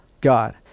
God